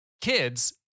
kids